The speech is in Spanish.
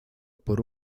por